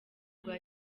rwa